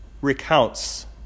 recounts